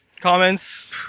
comments